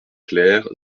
clair